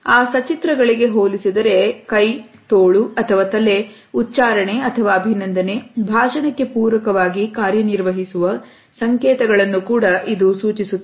ಆ ಸಚಿತ್ರಗಳಿಗೆ ಹೋಲಿಸಿದರೆ ಕೈ ತೋಳು ಅಥವಾ ತಲೆ ಉಚ್ಚಾರಣೆ ಅಥವಾ ಅಭಿನಂದನೆ ಭಾಷಣಕ್ಕೆ ಪೂರಕವಾಗಿ ಕಾರ್ಯನಿರ್ವಹಿಸುವ ಸಂಕೇತಗಳನ್ನು ಕೂಡ ಇದು ಸೂಚಿಸುತ್ತದೆ